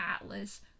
Atlas